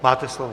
Máte slovo.